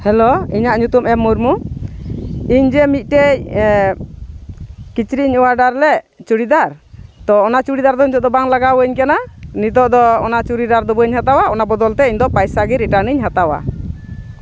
hello ᱤᱧᱟᱹᱜ ᱧᱩᱛᱩᱢ ᱮᱢ ᱢᱩᱨᱢᱩ ᱤᱧ ᱡᱮ ᱢᱤᱫᱴᱮᱱ ᱠᱤᱪᱨᱤᱡᱽ ᱤᱧ ᱚᱰᱟᱨᱞᱮᱫ ᱪᱩᱲᱤᱫᱟᱨ ᱛᱚ ᱚᱱᱟ ᱪᱩᱲᱤᱫᱟᱨ ᱫᱚ ᱱᱤᱛᱚᱜᱫᱚ ᱵᱟᱝ ᱞᱟᱜᱟᱣᱟᱹᱧ ᱠᱟᱱᱟ ᱱᱤᱛᱚᱜᱫᱚ ᱚᱱᱟ ᱪᱩᱲᱤᱫᱟᱨ ᱫᱚ ᱵᱟᱹᱧ ᱦᱟᱛᱟᱣᱟ ᱚᱱᱟ ᱵᱚᱫᱚᱞᱛᱮ ᱤᱧᱫᱚ ᱯᱚᱭᱥᱟᱜᱮ ᱨᱤᱴᱟᱨᱱᱤᱧ ᱦᱟᱛᱟᱣᱟ